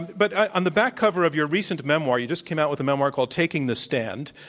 but on the back cover of your recent memoir you just came out with a memoir called taking the stand,